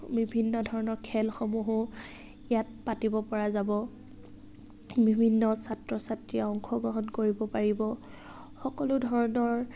বিভিন্ন ধৰণৰ খেলসমূহো ইয়াত পাতিব পৰা যাব বিভিন্ন ছাত্ৰ ছাত্ৰীয়ে অংশগ্ৰহণ কৰিব পাৰিব সকলো ধৰণৰ